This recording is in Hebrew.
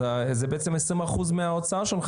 אז זה בעצם 20% מההוצאה שלך.